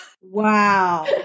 wow